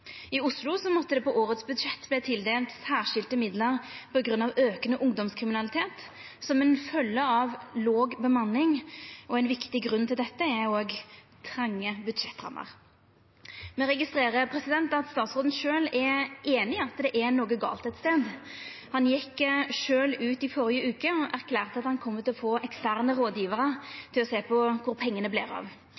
I Oslo måtte det på årets budsjett verta tildelt særskilte midlar på grunn av aukande ungdomskriminalitet, som ei følgje av låg bemanning. Ein viktig grunn til dette er òg tronge budsjettrammer. Me registrerer at statsråden sjølv er einig i at det er noko gale ein stad. Han gjekk sjølv ut i førre veke og erklærte at han kjem til å få eksterne